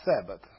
Sabbath